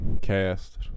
cast